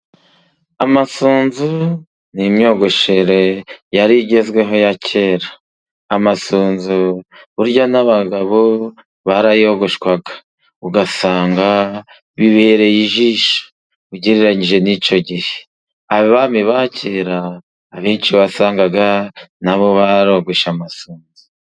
Amasunzu ni imyogoshere yari igezweho ya kera, amasunzu burya n'abagabo barayogoshwaga ugasanga bibereye ijisho ugereranyije n'icyo gihe. Abami ba kera abenshi wasangaga nabo barogoshe amasunzu.